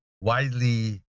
widely